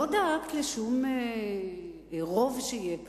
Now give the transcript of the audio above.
לא דאגת לשום רוב שיהיה כאן,